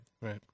right